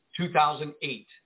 2008